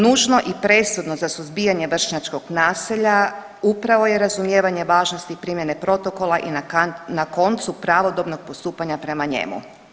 Nužno i presudno za suzbijanje vršnjačkog nasilja upravo je razumijevanje važnosti primjene protokola i na koncu pravodobnog postupanja prema njemu.